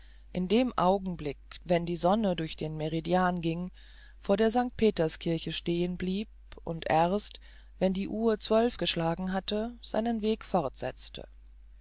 in dem augenblick wenn die sonne durch den meridian ging vor der st peterskirche stehen blieb und erst wenn die uhr zwölf geschlagen hatte seinen weg fortsetzte